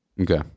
Okay